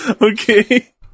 Okay